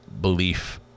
belief